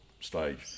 stage